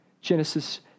Genesis